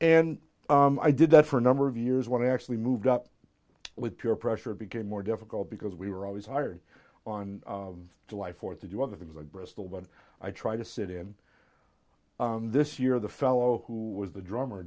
and i did that for a number of years when i actually moved up with peer pressure became more difficult because we were always hired on july fourth to do other things like bristol but i try to sit in this year the fellow who was the drummer